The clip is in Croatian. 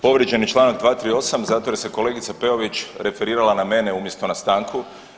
Povrijeđen je Članak 238., zato jer se kolegica Peović referirala na mene umjesto na stanku.